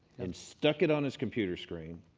and stuck it on his computer screen,